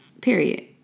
period